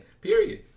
Period